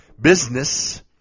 business